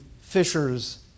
fishers